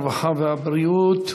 הרווחה והבריאות.